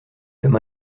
comme